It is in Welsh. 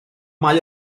mae